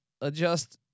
adjust